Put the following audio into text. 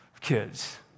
kids